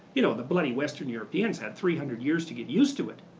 you know the bloody western europeans had three hundred years to get used to it.